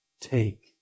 Take